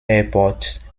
airport